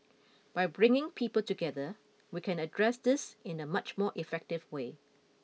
by bringing people together we can address this in a much more effective way